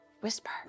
Whisper